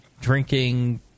drinking